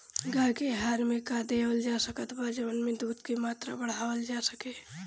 गाय के आहार मे का देवल जा सकत बा जवन से दूध के मात्रा बढ़ावल जा सके?